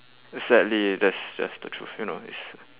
it's sadly that's just the truth you know it's